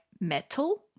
metal